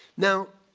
now,